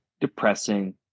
depressing